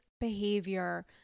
behavior